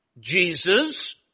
Jesus